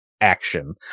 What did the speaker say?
action